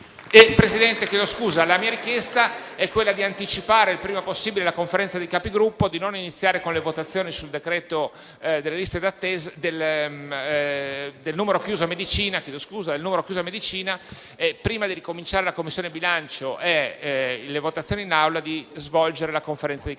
la mia richiesta è di anticipare il prima possibile la Conferenza dei Capigruppo e di non iniziare con le votazioni sul decreto-legge sul numero chiuso a medicina. Prima di ricominciare i lavori in Commissione bilancio e le votazioni in Aula, chiedo di riunire la Conferenza dei Capigruppo.